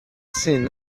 seen